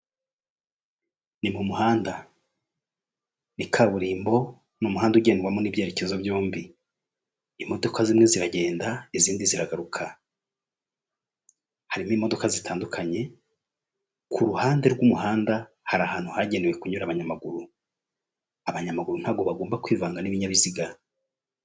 Ni mu muhanda ni kaburimbo ni umuhanda ugendwamo n'ibyerekezo byombi imodoka zimwe ziragenda izindi ziragaruka harimo imodoka zitandukanye ku ruhande rw'umuhanda hari ahantu hagenewe kunyura abanyamaguru, abanyamaguru ntabwo bagomba kwivanga n'ibinyabiziga.